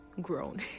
grown